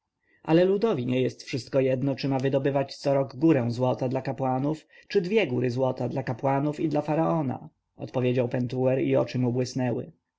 ale ludowi nie wszystko jedno czy ma wydobywać co roku górę złota dla kapłanów czy dwie góry złota dla kapłanów i dla faraona odpowiedział pentuer i oczy mu błysnęły